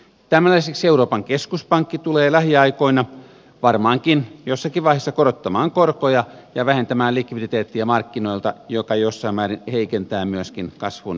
tämän lisäksi euroopan keskuspankki tulee lähiaikoina varmaankin jossakin vaiheessa korottamaan korkoja ja vähentämään likviditeettiä markkinoilta mikä jossain määrin heikentää myöskin kasvun edellytyksiä